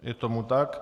Je tomu tak.